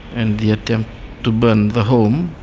and the attempt to burn the home,